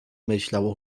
myślał